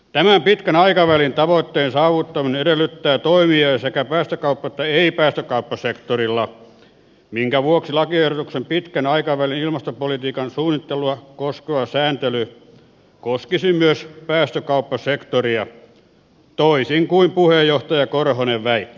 tämän pitkän aikavälin tavoitteen saavuttaminen edellyttää toimia sekä päästökauppa että ei päästökauppasektorilla minkä vuoksi lakiehdotuksen pitkän aikavälin ilmastopolitiikan suunnittelua koskeva sääntely koskisi myös päästökauppasektoria toisin kuin puheenjohtaja korhonen väitti